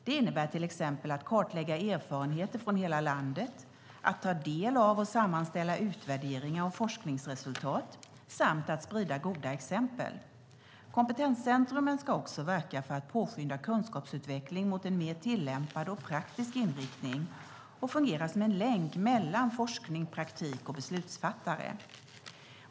Det innebär till exempel att kartlägga erfarenheter från hela landet, att ta del av och sammanställa utvärderingar och forskningsresultat samt att sprida goda exempel. Kompetenscentrumen ska också verka för att påskynda kunskapsutveckling mot en mer tillämpad och praktisk inriktning och fungera som en länk mellan forskning, praktik och beslutsfattare.